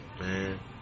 man